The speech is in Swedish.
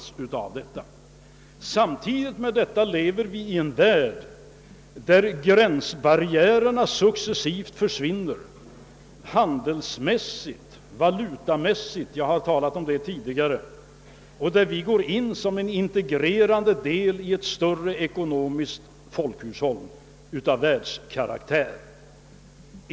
Samtidigt lever vi i en värld där gränsbarriärerna successivt försvinner på handelsoch valutaområdet, såsom jag har skildrat tidigare. Vi går in som en integrerande del i ett större ekonomiskt folkhushåll av världskaraktär.